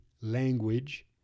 language